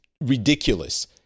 ridiculous